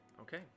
okay